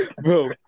Bro